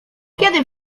kiedy